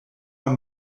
man